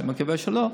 שאני מקווה שלא,